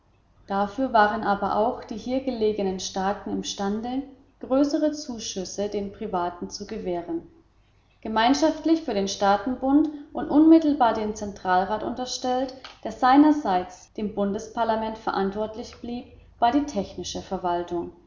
dafür waren aber auch die hier gelegenen staaten imstande größere zuschüsse den privaten zu gewähren gemeinschaftlich für den gesamten staatenbund und unmittelbar dem zentralrat unterstellt der seinerseits dem bundesparlament verantwortlich blieb war die technische verwaltung